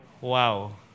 wow